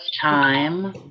time